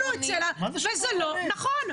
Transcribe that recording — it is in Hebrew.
וזה לא נכון.